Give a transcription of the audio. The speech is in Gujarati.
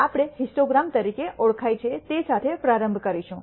આપણે હિસ્ટોગ્રામ તરીકે ઓળખાય છે તે સાથે પ્રારંભ કરીશું